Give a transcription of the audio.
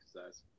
exercise